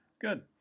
Good